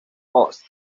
boss